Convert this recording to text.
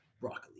broccoli